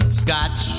scotch